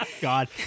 God